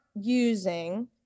using